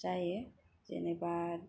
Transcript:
जायो जेनेबा